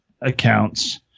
accounts